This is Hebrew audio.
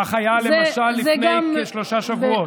כך היה למשל לפני כשלושה שבועות.